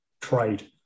trade